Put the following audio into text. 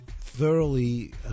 thoroughly